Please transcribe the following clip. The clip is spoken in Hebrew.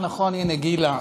נכון, הינה גילה,